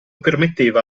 permetteva